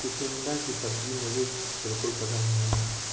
चिचिण्डा की सब्जी मुझे बिल्कुल पसंद नहीं है